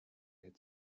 hit